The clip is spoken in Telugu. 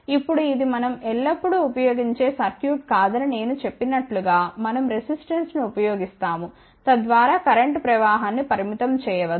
ఇప్పుడు ఇది మనం ఎల్లప్పుడూ ఉపయోగించే సర్క్యూట్ కాదని నేను చెప్పినట్లు గా మనం రెసిస్టెన్స్ ను ఉపయోగిస్తాము తద్వారా కరెంట్ ప్రవాహాన్ని పరిమితం చేయ వచ్చు